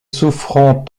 souffrant